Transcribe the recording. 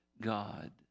God